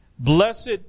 Blessed